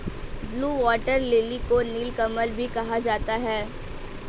blue water lily को नीलकमल भी कहा जाता है